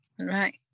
right